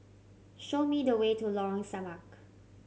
show me the way to Lorong Samak